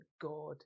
God